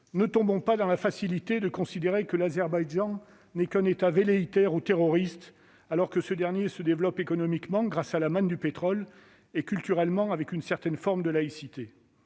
ne tombons pas dans la facilité consistant à considérer que l'Azerbaïdjan n'est qu'un État velléitaire ou terroriste, alors qu'il se développe économiquement, grâce à la manne du pétrole, et culturellement, avec une certaine forme de laïcité.